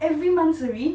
every once a week